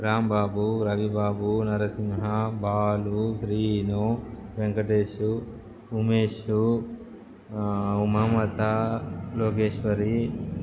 రాంబాబు రవిబాబు నరసింహా బాలు శ్రీను వెంకటేశు ఉమేషు ఉమమత లోకేశ్వరి